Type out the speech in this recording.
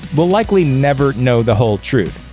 we'll likely never know the whole truth,